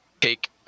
take